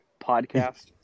podcast